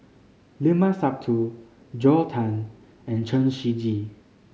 Limat Sabtu Joel Tan and Chen Shiji